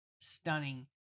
stunning